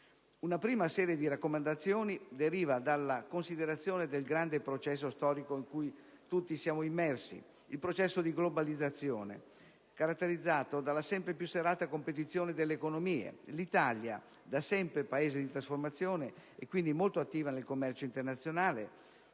Una prima serie di raccomandazioni deriva dalla considerazione del grande processo storico in cui siamo tutti immersi, il processo di globalizzazione, caratterizzato dalla sempre più serrata competizione delle economie. L'Italia, da sempre Paese di trasformazione e quindi molto attiva nel commercio internazionale